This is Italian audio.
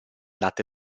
latte